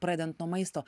pradent nuo maisto